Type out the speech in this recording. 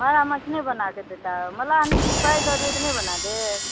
मारा माछ नहि बनाके देता मल्लाहमे किछु पाय दऽ देबै तऽ नहि बना देत